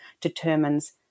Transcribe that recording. determines